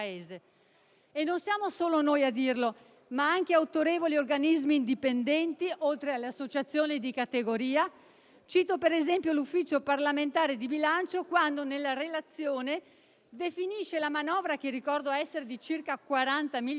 Non siamo solo noi a dirlo, ma anche autorevoli organismi indipendenti, oltre alle associazioni di categoria. Cito, per esempio, l'Ufficio parlamentare di bilancio che nella relazione definisce la manovra - che, ricordo, ammonta a circa 40 miliardi